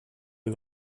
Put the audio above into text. you